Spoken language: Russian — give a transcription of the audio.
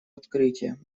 открытие